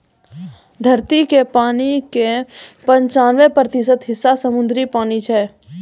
धरती के पानी के पंचानवे प्रतिशत हिस्सा समुद्री पानी छै